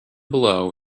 below